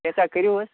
کیٚنٛژھا کٔرِو حظ